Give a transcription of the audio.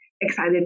excited